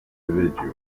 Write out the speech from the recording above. individuals